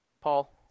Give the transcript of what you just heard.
Paul